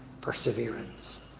perseverance